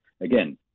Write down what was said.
again